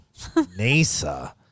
NASA